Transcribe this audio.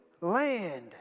land